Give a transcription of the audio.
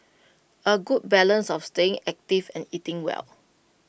A good balance of staying active and eating well